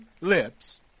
lips